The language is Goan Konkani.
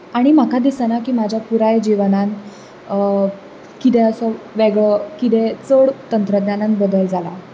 आनी म्हाका दिसना की म्हाज्या पुराय जिवनांत कितें असो वेगळो कितें चड तंत्रज्ञानांत बदल जाला